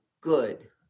good